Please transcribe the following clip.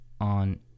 on